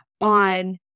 on